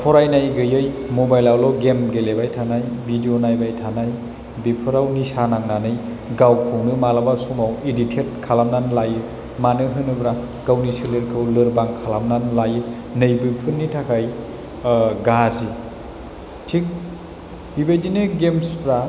फरायनाय गैयै मबाइलावल' गेम गेलेबाय थानाय भिडिअ नायबाय थानाय बिफोराव निसा नांनानै गावखौनो मालाबा समाव इदिटेट खालामनानै लायो मानो होनोब्ला गावनि सोलेरखौ लोरबां खालामनानै लायो नै बेफोरनि थाखाय गाज्रि थिग बिबायदिनो गेमसफ्रा